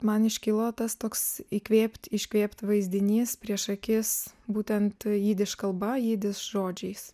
man iškilo tas toks įkvėpt iškvėpt vaizdinys prieš akis būtent jidiš kalba jidiš žodžiais